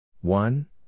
one